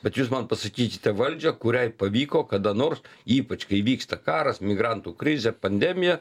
bet jūs man pasakysite valdžią kuriai pavyko kada nors ypač kai vyksta karas migrantų krizė pandemija